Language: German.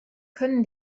können